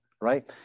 right